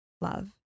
love